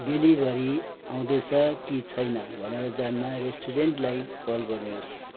delivery आउँदै छ कि छैन भनेर जान्न रेस्टुरेन्टलाई कल गर्नुहोस्